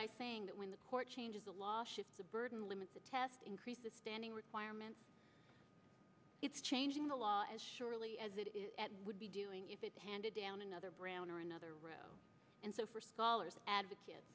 by saying that when the court changes the law should the burden limit test increase the standing requirement it's changing the law as surely as it would be doing if it handed down another brown or another and so for scholars advocate